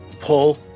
pull